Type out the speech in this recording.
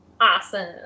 Awesome